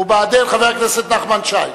ו"בעדין" חבר הכנסת נחמן שי.